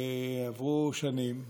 עברו שנים,